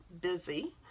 busy